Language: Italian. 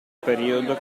periodo